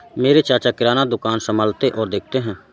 मेरे चाचा किराना दुकान संभालते और देखते हैं